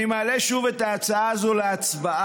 אני מעלה שוב את ההצעה הזו להצבעה,